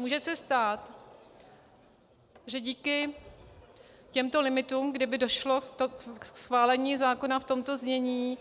Může se stát, že díky těmto limitům, kdyby došlo ke schválení zákona v tomto znění,